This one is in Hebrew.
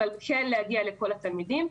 אבל כן להגיע לכל התלמידים.